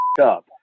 up